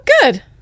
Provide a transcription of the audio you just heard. good